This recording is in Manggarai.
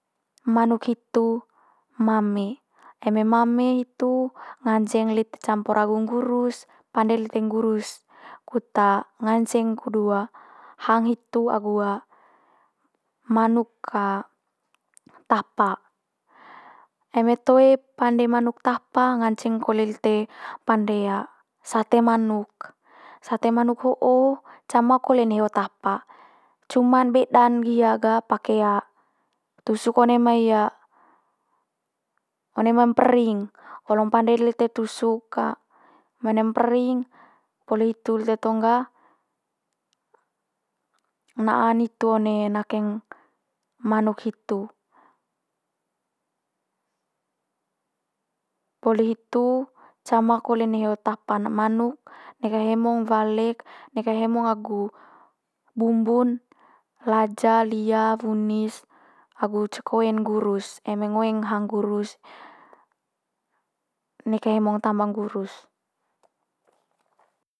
Manuk hitu mame eme mame hitu nganceng lite campur agu nggurus, pande lite nggurus kut nganceng kudu hang hitu agu manuk tapa. Eme toe pande manuk tapa nganceng kole lite pande sate manuk. Sate manuk ho'o cama kole neho tapa, cuma'n beda'n hia ga pake tusuk one mai one mai mpering. Olong pande lite tusuk me one mai mpering poli hitu lite tong ga na'a nitu one nakeng manuk hitu. Poli hitu cama kole neho tapa'n manuk, neka hemong walek neka hemong agu bumbu'n laja lia wunis agu ce koen nggurus eme ngoeng hang nggurus neka hemong tamba nggurus.